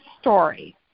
story